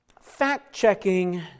fact-checking